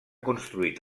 construït